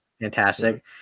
Fantastic